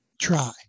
try